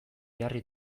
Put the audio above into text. jarri